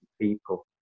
people